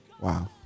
Wow